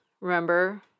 remember